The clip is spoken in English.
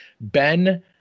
Ben